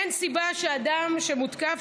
אין סיבה שאדם שמותקף,